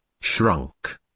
shrunk